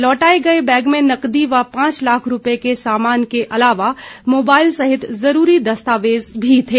लौटाए गए बैग में नकदी व पांच लाख रूपये के सामान के अलावा मोबाईल सहित ज़रूरी दस्तावेज भी थे